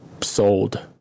sold